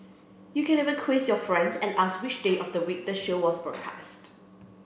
you can even quiz your friends and ask which day of the week the show was broadcast